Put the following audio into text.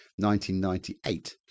1998